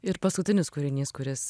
ir paskutinis kūrinys kuris